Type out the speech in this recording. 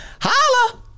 Holla